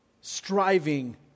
striving